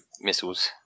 missiles